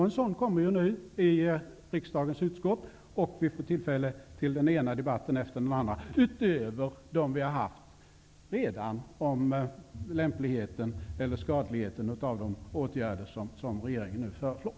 En sådan kommer ju nu i riksdagens utskott. Vi får då tillfälle till den ena debatten efter den andra utöver dem vi redan har haft om lämpligheten eller skadligheten av de åtgärder som regeringen nu föreslår.